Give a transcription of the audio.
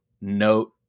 note